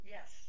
Yes